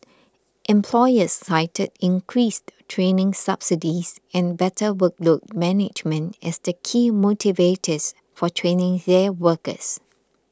employers cited increased training subsidies and better workload management as the key motivators for training their workers